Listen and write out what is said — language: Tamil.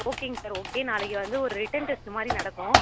ஓகேங்க சார் ஓகே நாளைக்கி வந்து ஒரு ரிட்டர்ன் டெஸ்ட்டு மாதிரி நடக்கும்